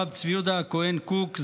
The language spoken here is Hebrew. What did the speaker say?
הרב צבי יהודה הכהן קוק,